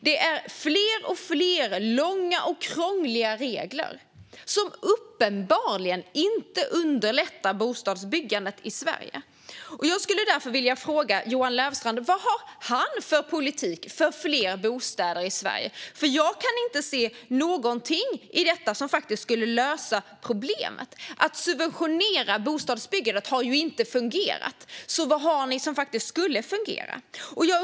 Det är fler och fler långa och krångliga regler som uppenbarligen inte underlättar bostadsbyggandet i Sverige. Jag skulle därför vilja fråga Johan Löfstrand vad han har för politik för fler bostäder i Sverige. Jag kan nämligen inte se något i detta som faktiskt skulle lösa problemet. Att subventionera bostadsbyggandet har ju inte fungerat, så vad har ni som faktiskt skulle fungera?